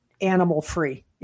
animal-free